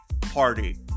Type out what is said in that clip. party